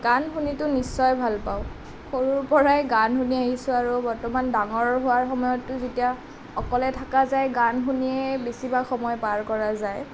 গান শুনিতো নিশ্চয় ভাল পাওঁ সৰুৰ পৰাই গান শুনি আহিছোঁ আৰু বৰ্তমান ডাঙৰ হোৱাৰ সময়তো যেতিয়া অকলে থকা যায় গান শুনিয়েই বেছি ভাগ সময় পাৰ কৰা যায়